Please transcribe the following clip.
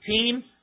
team